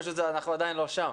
פשוט אנחנו עדיין לא שם.